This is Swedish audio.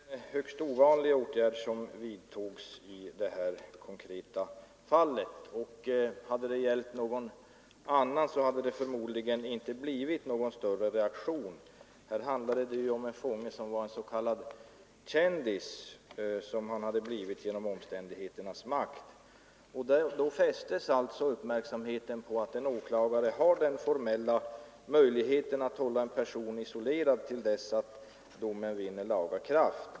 Herr talman! Det var ju en högst ovanlig åtgärd som vidtogs i det konkreta fallet, och om det gällt någon annan än den det nu gällde hade det förmodligen inte blivit särskilt stark reaktion. Här handlade det om en fånge som var en s.k. kändis, vilket han hade blivit genom omständigheternas makt, och då fästes alltså uppmärksamheten på att en åklagare har den formella möjligheten att hålla en person isolerad till dess att domen vinner laga kraft.